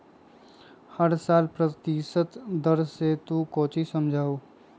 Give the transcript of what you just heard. हर साल प्रतिशत दर से तू कौचि समझा हूँ